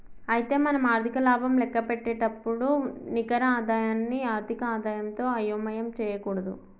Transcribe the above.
అయితే మనం ఆర్థిక లాభం లెక్కపెట్టేటప్పుడు నికర ఆదాయాన్ని ఆర్థిక ఆదాయంతో అయోమయం చేయకూడదు